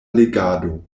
legado